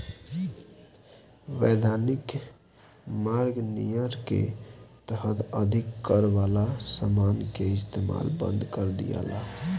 वैधानिक मार्ग नियर के तहत अधिक कर वाला समान के इस्तमाल बंद कर दियाला